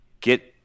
get